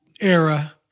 era